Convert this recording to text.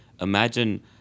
imagine